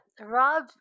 Rob